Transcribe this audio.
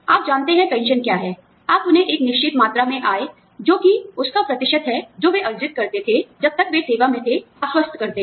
आप जानते हैं पेंशन क्या है आप उन्हें एक निश्चित मात्रा में आय जोकि उसका प्रतिशत है जो वे अर्जित करते थे जब तक वे सेवा में थे आश्वस्त करते हैं